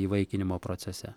įvaikinimo procese